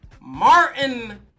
Martin